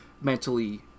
mentally